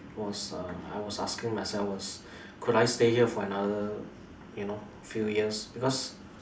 was uh I was asking myself was could I stay here for another you know few years because